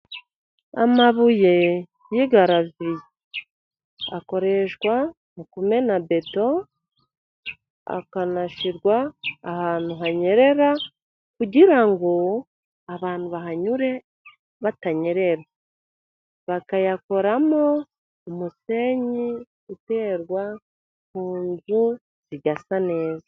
Amabuye y'igaraviye, akoreshwa mu kumena beto, akanashyirwa ahantu hanyerera, kugira ngo abantu bahanyure batanyerera, bakayakoramo umusenyi, uterwa ku nzu zigasa neza.